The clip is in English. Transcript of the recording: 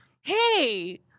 hey